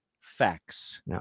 facts